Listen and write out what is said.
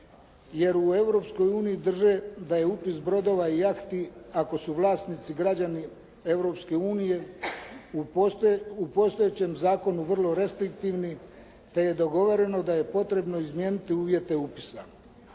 uniji drže da je upis brodova i jahti ako su građani vlasnici Europske unije, u postojećem zakonu vrlo restriktivni te je dogovoreno da je potrebno izmijeniti uvjete upisa.